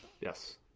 Yes